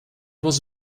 was